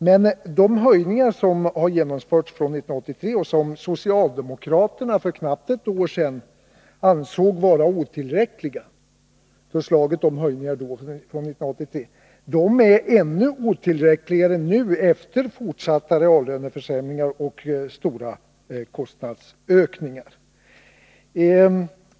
Men de höjningar som har gjorts från 1983 och som socialdemokraterna för knappt ett år sedan ansåg vara otillräckliga är nu, efter fortsatta reallöneförsämringar och stora kostnadsökningar, ännu mer otillräckliga.